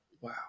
wow